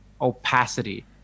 opacity